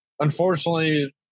Unfortunately